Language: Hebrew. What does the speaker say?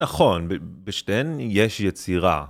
נכון, בשתיהן יש יצירה.